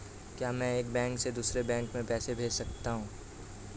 क्या मैं एक बैंक से दूसरे बैंक में पैसे भेज सकता हूँ?